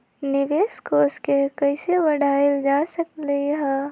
निवेश कोष के कइसे बढ़ाएल जा सकलई ह?